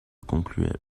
concluait